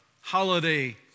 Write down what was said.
holiday